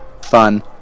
fun